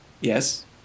Yes